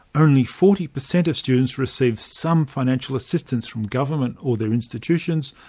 only forty per cent of students receive some financial assistance from government or their institutions,